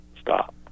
stop